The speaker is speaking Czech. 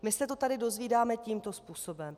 My se to tady dozvídáme tímto způsobem.